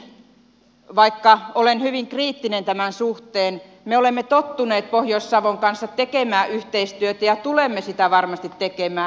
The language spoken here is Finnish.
kuitenkin vaikka olen hyvin kriittinen tämän suhteen me olemme tottuneet pohjois savon kanssa tekemään yhteistyötä ja tulemme sitä varmasti tekemään